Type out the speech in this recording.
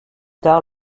tard